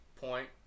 point